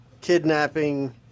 kidnapping